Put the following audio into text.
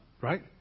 right